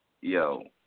Yo